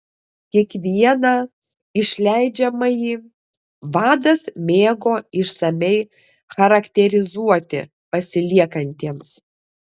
kiekvieną išleidžiamąjį vadas mėgo išsamiai charakterizuoti pasiliekantiems